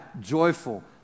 joyful